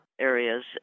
areas